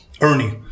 Ernie